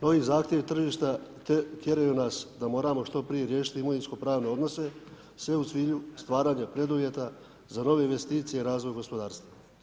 Novi zahtjevi tržišta tjeraju nas da moramo što prije riješiti imovinsko pravne odnose sve u cilju stvaranja preduvjeta za nove investicije i razvoj gospodarstva.